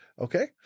Okay